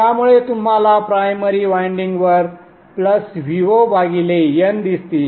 त्यामुळे तुम्हाला primary winding वर Von दिसतील